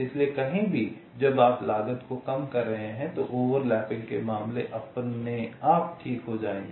इसलिए कहीं भी जब आप लागत को कम कर रहे हैं तो ओवरलैपिंग के मामले अपने आप ठीक हो जाएंगे